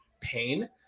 pain